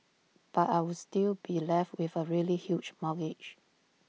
but I would still be left with A really huge mortgage